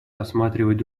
рассматривать